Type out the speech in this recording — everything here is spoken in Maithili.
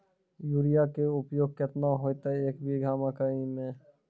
यूरिया के उपयोग केतना होइतै, एक बीघा मकई मे?